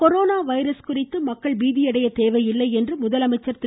corona virus குறித்து மக்கள் பீதியடைய தேவையில்லை என்று முதலமைச்சர் திரு